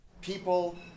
People